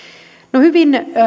no hyvin